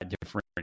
different